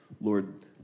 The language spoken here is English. Lord